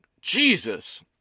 Jesus